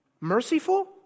merciful